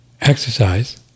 Exercise